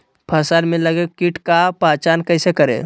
फ़सल में लगे किट का पहचान कैसे करे?